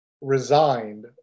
resigned